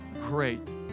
great